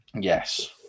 Yes